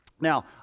Now